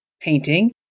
painting